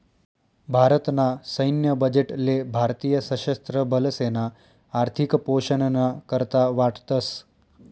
भारत ना सैन्य बजेट ले भारतीय सशस्त्र बलेसना आर्थिक पोषण ना करता वाटतस